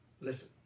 listen